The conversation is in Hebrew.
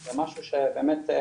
זה משהו שבאמת,